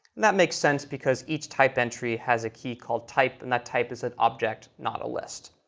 that makes sense because each type entry has a key called type and that type is an object, not a list.